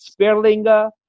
Sperlinga